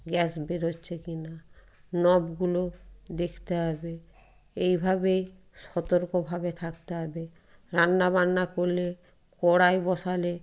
gas বেরোচ্ছে কি না নবগুলো দেখতে হবে এইভাবেই সতর্কভাবে থাকতে হবে রান্নাবান্না করলে কড়াই বসালে